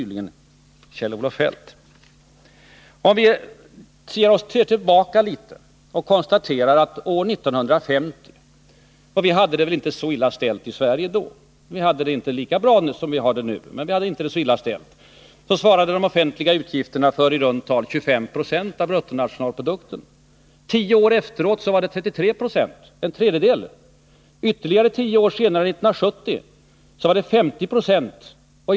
Låt oss se tillbaka litet grand. År 1950— vi hade väl inte så illa ställt i Sverige då, även om vi har det bättre nu— svarade de offentliga utgifterna för i runt tal 25 Jo av bruttonationalprodukten. Tio år efteråt var de 33 90. Ytterligare tio år senare, 1970, uppgick de till nästan 50 96.